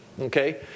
Okay